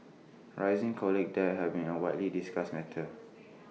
rising college debt has been A widely discussed matter